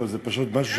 זה פשוט משהו,